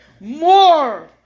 more